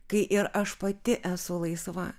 kai ir aš pati esu laisva